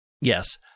Yes